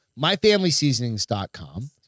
myfamilyseasonings.com